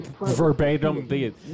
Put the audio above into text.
verbatim